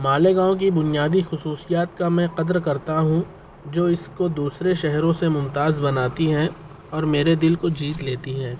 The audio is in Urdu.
مالیگاؤں کی بنیادی خصوصیات کا میں قدر کرتا ہوں جو اس کو دوسرے شہروں سے ممتاز بناتی ہیں اور میرے دل کو جیت لیتی ہے